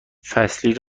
فصلی